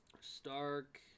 Stark